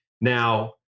now